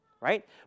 right